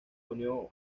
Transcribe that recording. unió